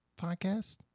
podcast